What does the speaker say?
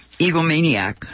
egomaniac